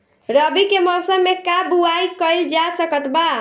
रवि के मौसम में का बोआई कईल जा सकत बा?